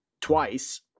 twice